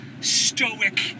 stoic